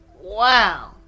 Wow